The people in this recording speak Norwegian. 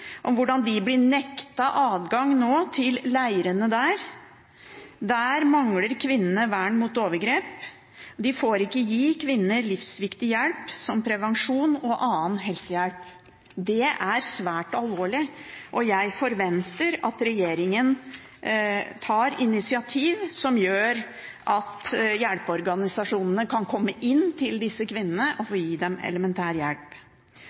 om hvordan de nå blir nektet adgang til leirene der. Der mangler kvinnene vern mot overgrep. De får ikke gi kvinner livsviktig hjelp som prevensjon og annen helsehjelp. Det er svært alvorlig, og jeg forventer at regjeringen tar initiativ som gjør at hjelpeorganisasjonene kan få komme inn til disse kvinnene og gi dem elementær hjelp.